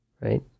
Right